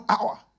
hour